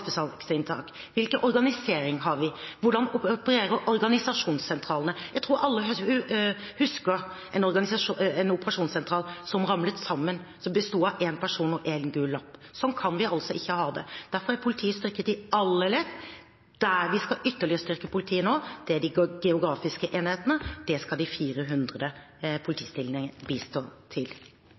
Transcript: organisering har vi? Hvordan opererer organisasjonssentralene? Jeg tror alle husker en operasjonssentral som ramlet sammen, som besto av en person og en gul lapp. Sånn kan vi altså ikke ha det. Derfor er politiet styrket i alle ledd. Der vi ytterligere skal styrke politiet nå, er i de geografiske enhetene. Det skal de 400 politistillingene bidra til. Betyr det statsråden no seier til